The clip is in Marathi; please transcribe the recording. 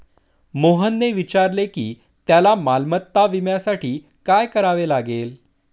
मोहनने विचारले की त्याला मालमत्ता विम्यासाठी काय करावे लागेल?